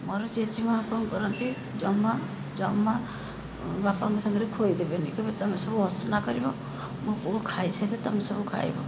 ମୋର ଜେଜେମା କ'ଣ କରନ୍ତି ଜମା ଜମା ବାପାଙ୍କ ସାଙ୍ଗରେ ଖୋଇ ଦେବେନି କହିବେ ତୁମେ ସବୁ ଅସନା କରିବ ମୋ ପୁଅ ଖାଇ ସାରିଲେ ତୁମେ ସବୁ ଖାଇବ